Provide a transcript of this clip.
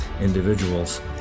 individuals